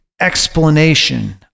explanation